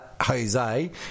Jose